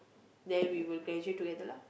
then we will graduate together lah